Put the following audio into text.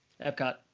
Epcot